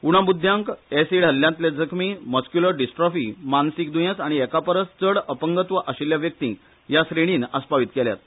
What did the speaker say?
उणो ब्रुध्यांक अॅसीड हल्लो जखमी मस्क्यूलर डिस्ट्रॉफी मानसीक द्येंस आनी एका परस चड अपंगत्व आशिल्ल्या व्यक्तींक ह्या श्रेणींत आस्पावीत केल्यात